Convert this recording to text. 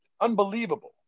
Unbelievable